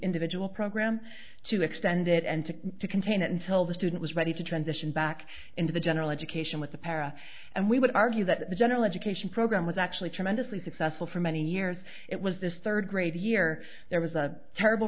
individual program to extend it and to contain it until the student was ready to transition back into the general education with the para and we would argue that the general education program was actually tremendously successful for many years it was this third grade year there was a terrible